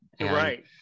Right